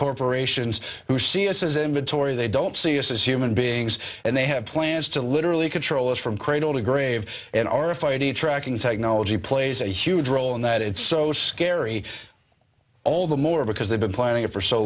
corporations who see us as inventory they don't see us as human beings and they have plans to literally control us from cradle to grave and are fighting a tracking technology plays a huge role in that it's so scary all the more because they've been planning it for so